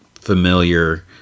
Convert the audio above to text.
familiar